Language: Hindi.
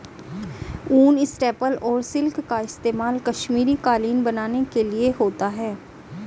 ऊन, स्टेपल और सिल्क का इस्तेमाल कश्मीरी कालीन बनाने के लिए होता है